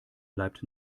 bleibt